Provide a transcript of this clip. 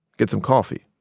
get some coffee.